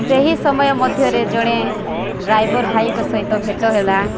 ସେହି ସମୟ ମଧ୍ୟରେ ଜଣେ ଡ୍ରାଇଭର ଭାଇଙ୍କ ସହିତ ଭେଟ ହେଲା